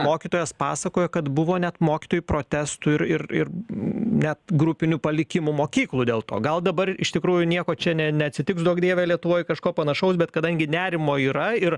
mokytojas pasakojo kad buvo net mokytojų protestų ir ir ir net grupinių palikimų mokyklų dėl to gal dabar iš tikrųjų nieko čia ne neatsitiks duok dieve lietuvoj kažko panašaus bet kadangi nerimo yra ir